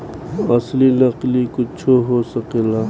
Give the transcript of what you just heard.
असली नकली कुच्छो हो सकेला